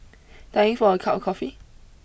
dying for a cup of coffee